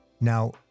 Now